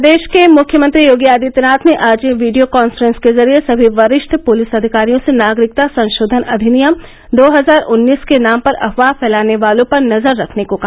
प्रदेश के मुख्यमंत्री योगी आदित्यनाथ ने आज वीडियो कांफ्रेंस के जरिये समी वरिष्ठ पुलिस अधिकारियों से नागरिकता संशोधन अधिनियम दो हजार उन्नीस के नाम पर अफवाह फैलाने वालों पर नेजर रखने को कहा